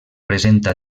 presenta